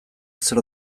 zer